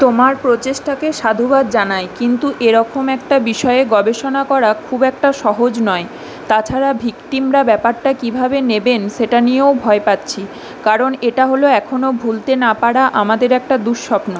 তোমার প্রচেষ্টাকে সাধুবাদ জানাই কিন্তু এরকম একটা বিষয়ে গবেষণা করা খুব একটা সহজ নয় তাছাড়া ভিক্টিমরা ব্যাপারটা কিভাবে নেবেন সেটা নিয়েও ভয় পাচ্ছি কারণ এটা হলো এখনও ভুলতে না পারা আমাদের একটা দুঃস্বপ্ন